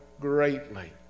greatly